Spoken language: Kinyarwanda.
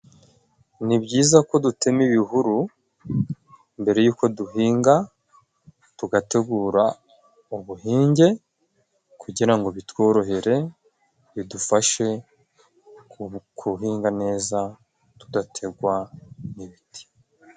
Ni byiza ko dutema ibihuru mbere yuko duhinga, tugategura ubuhinge kugira ngo bitworohere bidufashe guhinga neza tudategwa n'ibiti.